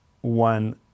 One